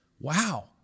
Wow